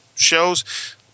shows